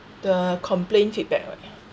the complaint feedback right